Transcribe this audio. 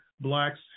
Blacks